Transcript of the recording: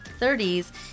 30s